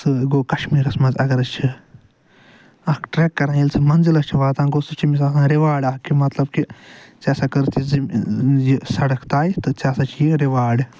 سۭتۍ گوٚو کَشمیٖرَس منٛز اَگر أسۍ چھِ اکھ ٹرٮ۪ک کران ییٚلہِ تِم مٔنزِلَس چھِ واتان گوٚو سُہ چھُ أمِس آسان اکھ رِواڈ اکھ کہِ